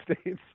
States